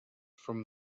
from